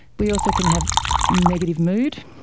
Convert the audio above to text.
we also can have negative mood,